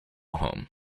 home